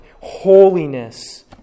holiness